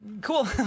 cool